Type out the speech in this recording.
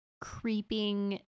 creeping